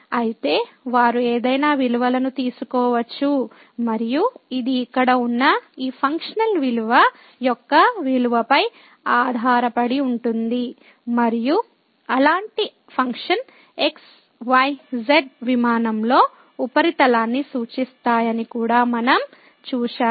అయితే వారు ఏదైనా విలువలను తీసుకోవచ్చు మరియు ఇది ఇక్కడ ఉన్న ఈ ఫంక్షనల్ విలువ యొక్క విలువపై ఆధారపడి ఉంటుంది మరియు అలాంటి ఫంక్షన్ xyz ప్లేన్లో ఉపరితలాన్ని సూచిస్తాయని కూడా మనం చూశాము